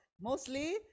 mostly